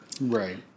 Right